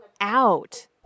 out